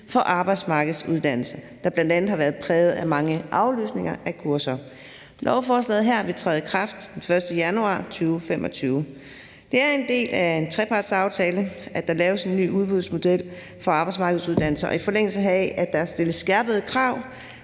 for arbejdsmarkedsuddannelser, der bl.a. har været præget af mange aflysninger af kurser. Lovforslaget her vil træde i kraft den 1. januar 2025. Det er en del af en trepartsaftale, at der laves en ny udbudsmodel for arbejdsmarkedsuddannelser, og i forlængelse heraf at der stilles skærpede krav